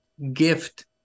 gift